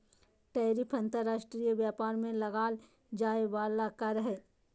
tariff अंतर्राष्ट्रीय व्यापार में लगाल जाय वला कर हइ